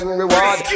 reward